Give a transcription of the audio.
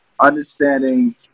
understanding